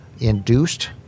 induced